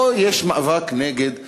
פה יש מאבק נגד הכיבוש.